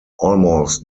almost